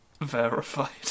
verified